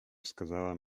wskazała